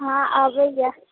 हाँ आबैया